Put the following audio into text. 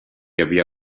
havia